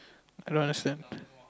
I don't understand